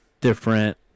different